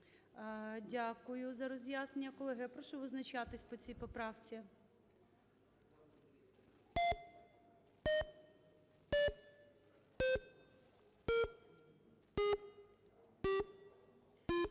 Дякую за роз'яснення. Колеги, я прошу визначатися по цій поправці.